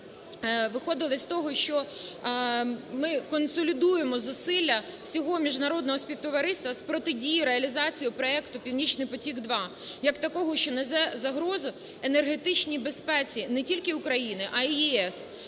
виходили з того, що ми консолідуємо зусилля всього міжнародного співтовариства з протидії реалізації проекту "Північний потік 2" як такого, що несе загрозу енергетичній безпеці не тільки України, а і ЄС.